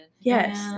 Yes